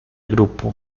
grupo